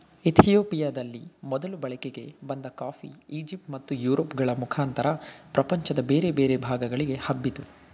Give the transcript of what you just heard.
ಇತಿಯೋಪಿಯದಲ್ಲಿ ಮೊದಲು ಬಳಕೆಗೆ ಬಂದ ಕಾಫಿ ಈಜಿಪ್ಟ್ ಮತ್ತು ಯುರೋಪ್ ಗಳ ಮುಖಾಂತರ ಪ್ರಪಂಚದ ಬೇರೆ ಬೇರೆ ಭಾಗಗಳಿಗೆ ಹಬ್ಬಿತು